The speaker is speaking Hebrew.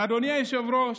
ואדוני היושב-ראש,